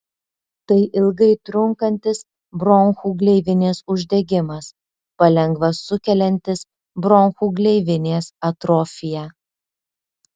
tai ilgai trunkantis bronchų gleivinės uždegimas palengva sukeliantis bronchų gleivinės atrofiją